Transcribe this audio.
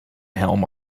helm